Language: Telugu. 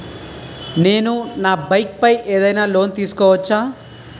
నేను నా బైక్ పై ఏదైనా లోన్ తీసుకోవచ్చా?